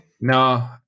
No